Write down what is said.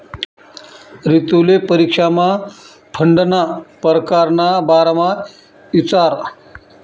रितुले परीक्षामा फंडना परकार ना बारामा इचारं